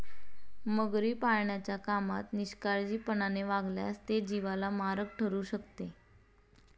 मगरी पाळण्याच्या कामात निष्काळजीपणाने वागल्यास ते जीवाला मारक ठरू शकते